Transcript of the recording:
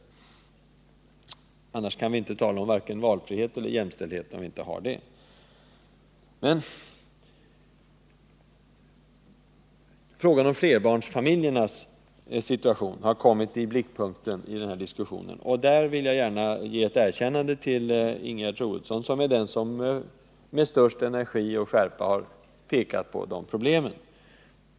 Om vi inte haren tillfredsställande barnomsorg kan vi varken tala om jämställdhet eller valfrihet. Frågan om flerbarnsfamiljernas situation har kommit i blickpunkten i den här diskussionen. Där vill jag gärna ge ett erkännande till Ingegerd Troedsson, som är den som med störst energi och skärpa har pekat på de problemen.